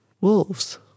Wolves